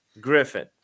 Griffin